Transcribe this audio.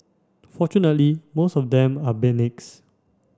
fortunately most of them are